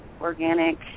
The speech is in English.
organic